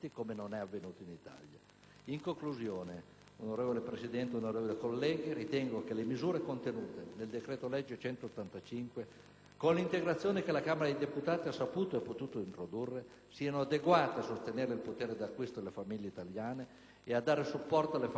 In conclusione, signora Presidente, onorevoli colleghi, ritengo che le misure contenute nel decreto-legge n. 185, con le integrazioni che la Camera di deputati ha saputo e potuto introdurre, siano adeguate a sostenere il potere d'acquisto delle famiglie italiane e a dare supporto alle fasce deboli a rischio povertà,